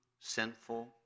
sinful